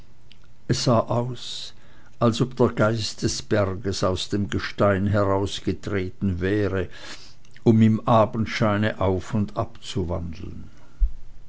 sah aus als ob der geist des berges aus dem gestein herausgetreten wäre um im abendscheine auf und